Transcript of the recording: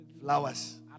flowers